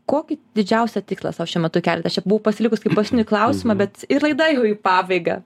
kokį didžiausią tikslą sau šiuo metu keliat aš čia buvau pasilikus kaip paskutinį klausimą bet ir laida jau į pabaigą